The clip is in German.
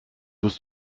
wirst